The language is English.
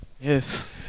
Yes